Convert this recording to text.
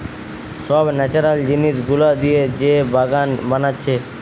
সব ন্যাচারাল জিনিস গুলা দিয়ে যে বাগান বানাচ্ছে